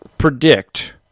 predict